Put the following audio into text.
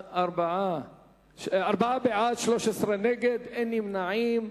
ארבעה בעד, 13 נגד, אין נמנעים.